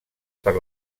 per